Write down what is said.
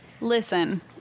Listen